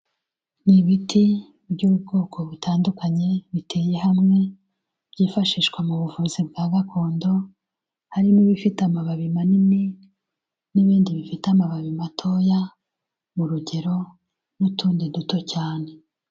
Ni ibiti by'ubwoko butandukanye, biteye hamwe byifashishwa mu buvuzi bwa gakondo, harimo ibifite amababi manini n'ibindi bifite amababi matoya mu rugero n'utundi duto cyane.